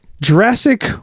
Jurassic